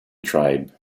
tribe